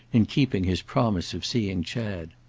in keeping his promise of seeing chad.